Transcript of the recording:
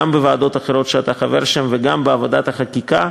גם בוועדות אחרות שאתה חבר בהן וגם בעבודת החקיקה,